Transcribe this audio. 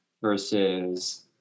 versus